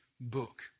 book